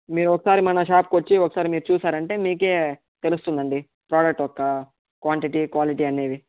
మీరొకసారి మన షాప్కి వచ్చి ఒకసారి మీరు చూసారంటే మీకే తెలుస్తుందండి ప్రాడక్ట్ యొక్క క్వాంటిటీ క్వాలిటీ అనేవి